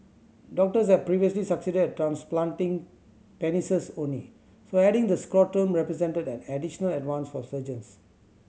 doctors have previously succeeded at transplanting penises only so adding the scrotum represented an additional advance for surgeons